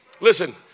Listen